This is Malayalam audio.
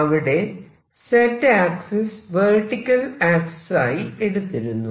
അവിടെ Z ആക്സിസ് വെർട്ടിക്കൽ ആക്സിസ് ആയി എടുത്തിരുന്നു